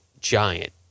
giant